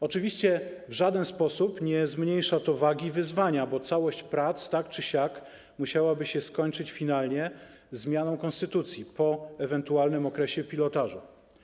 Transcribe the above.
Oczywiście w żaden sposób nie zmniejsza to wagi wyzwania, bo całość prac tak czy siak musiałaby się skończyć zmianą konstytucji po ewentualnym okresie pilotażu.